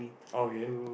okay